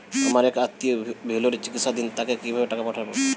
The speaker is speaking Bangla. আমার এক আত্মীয় ভেলোরে চিকিৎসাধীন তাকে কি ভাবে টাকা পাঠাবো?